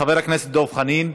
חבר הכנסת דב חנין,